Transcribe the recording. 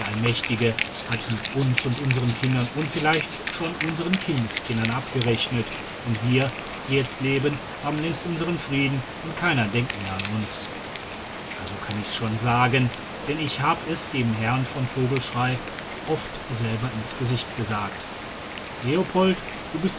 allmächtige hat mit uns und unsern kindern und vielleicht schon unsern kindeskindern abgerechnet und wir die jetzt leben haben längst unsern frieden und keiner denkt mehr an uns also kann ich's schon sagen denn ich hab es dem herrn von vogelschrey oft selber ins gesicht gesagt leopold du bist